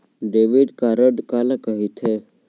Debit card काला कहिथे?